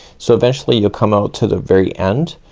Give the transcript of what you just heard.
so eventually you'll come out to the very end.